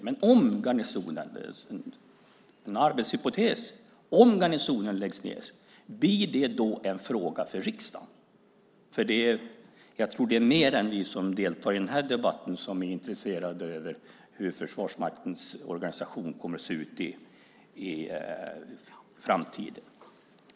Men om garnisonen - det är en arbetshypotes - läggs ned, blir det då en fråga för riksdagen? Jag tror att det är fler än vi som deltar i den här debatten som är intresserade av hur Försvarsmaktens organisation kommer att se ut i framtiden.